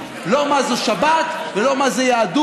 לא על מה זו שבת ולא על מה זו יהדות